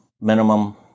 minimum